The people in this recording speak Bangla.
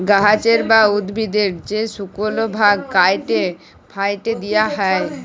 গাহাচের বা উদ্ভিদের যে শুকল ভাগ ক্যাইটে ফ্যাইটে দিঁয়া হ্যয়